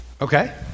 Okay